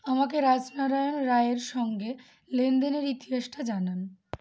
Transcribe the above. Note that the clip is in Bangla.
আমাকে রাজনারায়ণ রায়ের সঙ্গে লেনদেনের ইতিহাসটা জানান